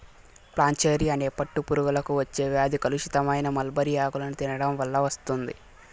flacherie అనే పట్టు పురుగులకు వచ్చే వ్యాధి కలుషితమైన మల్బరీ ఆకులను తినడం వల్ల వస్తుంది